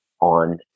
on